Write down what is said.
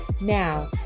Now